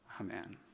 Amen